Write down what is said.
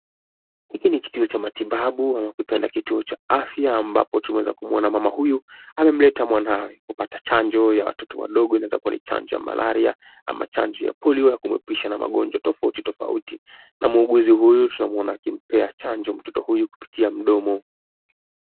Hiki ni kituo cha matibabu ama ukupenda kituo cha afya ambapo tumeweza kumuona mama huyu amemleta mwanawe kupata chanjo ya watoto wadogo inaweza kuwa ni chanjo ya malaria ama chanjo ya polio ya kumwepusha na magonjwa tofauti tofauti. Na muuguzi huyu tunamuona akimpea chanjo mtoto huyu kupitia mdomo.